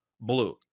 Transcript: blue